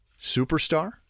superstar